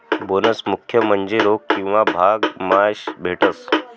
bonus मुख्य म्हन्जे रोक किंवा भाग मा भेटस